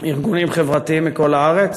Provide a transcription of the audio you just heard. ארגונים חברתיים מכל הארץ.